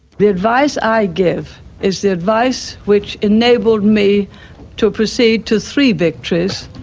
the advice i give is the advice which enabled me to proceed to three victories.